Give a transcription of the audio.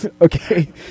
Okay